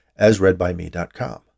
asreadbyme.com